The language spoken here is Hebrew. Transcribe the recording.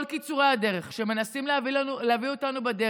כל קיצורי הדרך שמנסים להביא אותנו בהם,